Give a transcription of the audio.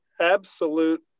absolute